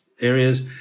areas